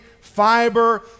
fiber